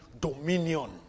dominion